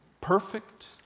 perfect